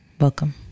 Welcome